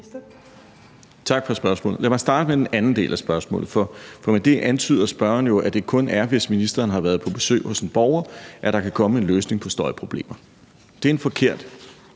Tak for spørgsmålet. Lad mig starte med den anden del af spørgsmålet, for med det antyder spørgeren jo, at det kun er, hvis ministeren har været på besøg hos en borger, at der kan komme en løsning på støjproblemer. Det er en forkert